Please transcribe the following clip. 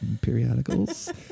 Periodicals